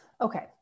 Okay